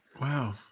Wow